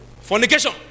fornication